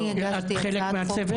את חלק מהצוות?